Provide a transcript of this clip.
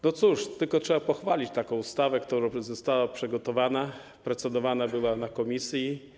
No cóż, tylko trzeba pochwalić taką ustawę, która została przygotowana, procedowana była na komisji.